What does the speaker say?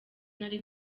nari